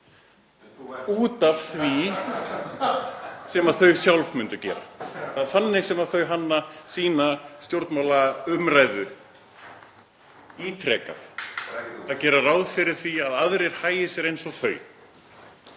út af því sem þau sjálf myndu gera. Það er þannig sem þau hanna sína stjórnmálaumræðu ítrekað, (Gripið fram í.) gera ráð fyrir því að aðrir hagi sér eins og þau.